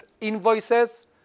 invoices